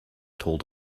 told